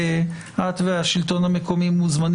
האבחנה של השלטון המקומי מהשלטון